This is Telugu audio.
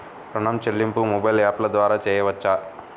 ఋణం చెల్లింపు మొబైల్ యాప్ల ద్వార చేయవచ్చా?